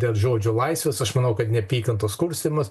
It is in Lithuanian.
dėl žodžio laisvės aš manau kad neapykantos kurstymas